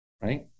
right